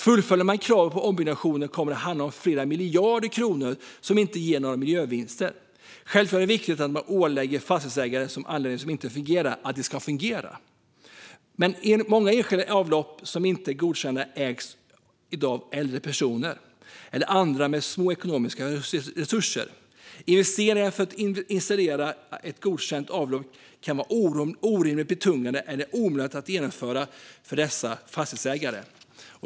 Fullföljer man kraven på ombyggnationer kommer det att handla om flera miljarder kronor som inte ger några miljövinster. Det är självklart viktigt att man ålägger fastighetsägare som har anläggningar som inte fungerar att åtgärda dem. Men många enskilda avlopp som inte är godkända ägs i dag av äldre personer eller andra med små ekonomiska resurser. Investeringen för att installera ett godkänt avlopp kan vara orimligt betungande eller omöjlig att genomföra för dessa fastighetsägare.